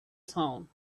town